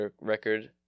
record